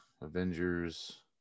Avengers